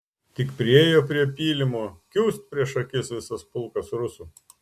tik priėjo prie pylimo kiūst prieš akis visas pulkas rusų